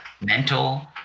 mental